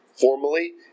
formally